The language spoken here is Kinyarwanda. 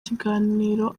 ikiganiro